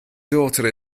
daughter